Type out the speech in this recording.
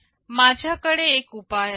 माझ्याकडे एक उपाय आहे